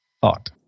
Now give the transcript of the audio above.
thought